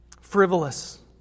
frivolous